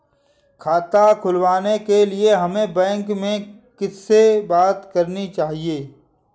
खाता खुलवाने के लिए हमें बैंक में किससे बात करनी चाहिए?